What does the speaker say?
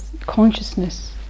consciousness